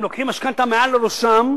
הם לוקחים משכנתה מעל לראשם,